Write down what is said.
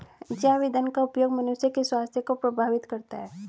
जैव ईंधन का उपयोग मनुष्य के स्वास्थ्य को प्रभावित करता है